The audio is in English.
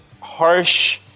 harsh